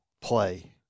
play